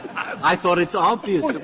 i thought it's obvious